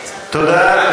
תודה.